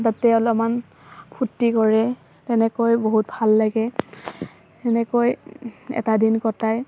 তাতে অলপমান ফূৰ্তি কৰে তেনেকৈ বহুত ভাল লাগে তেনেকৈ এটা দিন কটাই